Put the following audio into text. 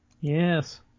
Yes